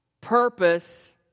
Purpose